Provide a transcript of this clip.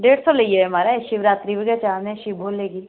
डेढ़ सौ लेई जायो माराज शिवरात्रि पर गै चाढ़ने शिव भोले गी